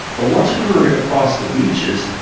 but once we were across the beaches,